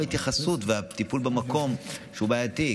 בהתייחסות ובטיפול במקום שהוא בעייתי.